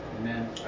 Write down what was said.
Amen